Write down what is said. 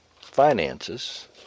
finances